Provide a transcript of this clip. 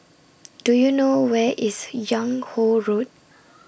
Do YOU know Where IS Yung Ho Road